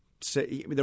say